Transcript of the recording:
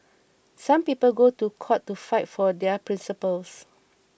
some people go to court to fight for their principles